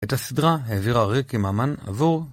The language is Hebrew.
את הסדרה העבירה ריקי ממן עבור.